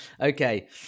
Okay